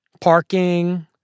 Parking